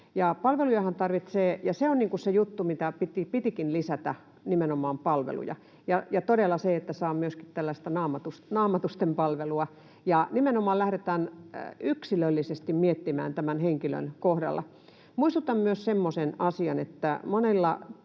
palveluja, ja se on se juttu, mitä pitikin lisätä: nimenomaan palveluja ja todella sitä, että saa myöskin tällaista "naamatusten"-palvelua ja nimenomaan lähdetään yksilöllisesti miettimään ratkaisuja tämän henkilön kohdalla. Muistutan myös semmoisesta asiasta, että monella